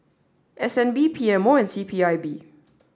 S N B P M O and C P I B